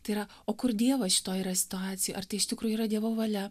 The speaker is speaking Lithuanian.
tai yra o kur dievas šitoj yra situacijoj ar tai iš tikro yra dievo valia